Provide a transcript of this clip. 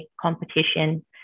competition